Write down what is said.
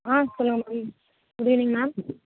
சொல்லுங்க ma'am good evening ma'am